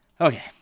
okay